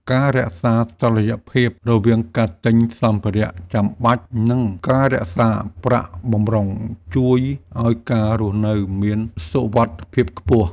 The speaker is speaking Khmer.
ការរក្សាតុល្យភាពរវាងការទិញសម្ភារៈចាំបាច់និងការរក្សាប្រាក់បម្រុងជួយឱ្យការរស់នៅមានសុវត្ថិភាពខ្ពស់។